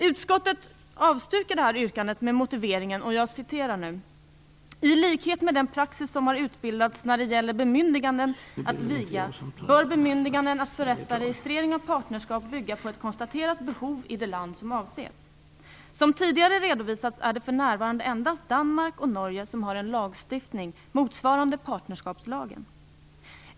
Utskottet avstyrker detta med följande motivering: "I likhet med den praxis som har utbildats när det gäller bemyndiganden att viga bör bemyndiganden att förrätta registrering av partnerskap bygga på ett konstaterat behov i det land som avses. Som tidigare redovisats är det för närvarande endast Danmark och Norge som har en lagstiftning motsvarande partnerskapslagen.